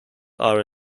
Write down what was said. are